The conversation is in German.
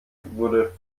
wurde